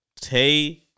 Tay